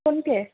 फ'नपे